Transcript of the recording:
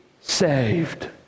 saved